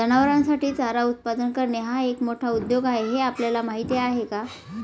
जनावरांसाठी चारा उत्पादन करणे हा एक मोठा उद्योग आहे हे आपल्याला माहीत आहे का?